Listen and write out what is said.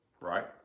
right